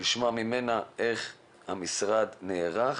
ולשמוע ממנה איך המשרד נערך